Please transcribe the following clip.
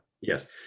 Yes